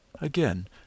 Again